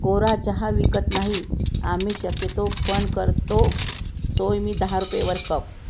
कोरा चहा विकत नाही आम्ही शक्यतो पण करतो सोय मी दहा रुपयेवर कप